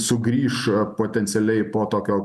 sugrįš potencialiai po tokio